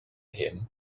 him